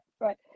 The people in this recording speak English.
right